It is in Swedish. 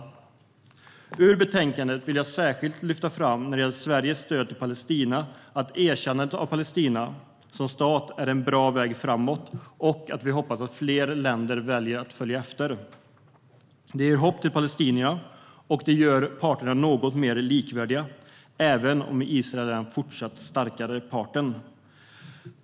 När det gäller Sveriges stöd till Palestina vill jag ur betänkandet särskilt lyfta fram att erkännandet av Palestina som stat är en bra väg framåt och att vi hoppas att fler länder väljer att följa efter. Det ger hopp till palestinierna, och det gör parterna något mer likvärdiga, även om Israel är den fortsatt starkare parten.